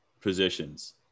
positions